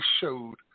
showed